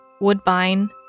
Woodbine